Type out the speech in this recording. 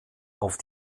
auf